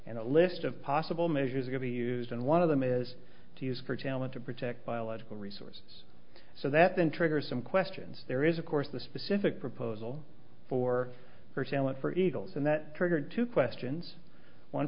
and a list of possible measures are going to use and one of them is to use curtailment to protect biological resources so that then triggers some questions there is of course the specific proposal for for sale and for eagles and that triggered two questions one